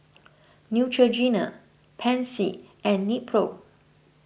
Neutrogena Pansy and Nepro